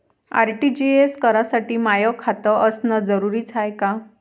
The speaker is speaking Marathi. आर.टी.जी.एस करासाठी माय खात असनं जरुरीच हाय का?